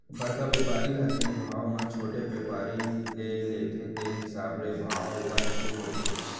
बड़का बेपारी ह जेन भाव म छोटे बेपारी ले लेथे तेने हिसाब ले भाव ह उपर नीचे होथे